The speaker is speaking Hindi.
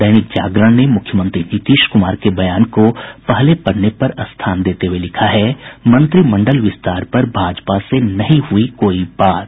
दैनिक जागरण ने मुख्यमंत्री नीतीश कुमार के बयान को पहले पन्ने पर स्थान देते हुये लिखा है मंत्रिमंडल विस्तार पर भाजपा से नहीं हुई कोई बात